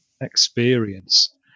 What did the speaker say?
experience